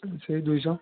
ସେହି ଦୁଇଶହ